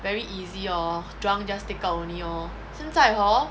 very easy hor drunk just take out only lor 现在 hor